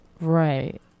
Right